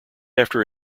after